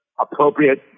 appropriate